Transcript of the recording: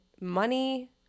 money